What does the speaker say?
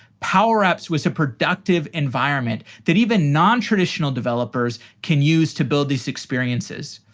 power apps was a productive environment that even non-traditional developers can use to build these experiences.